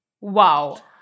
Wow